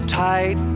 tight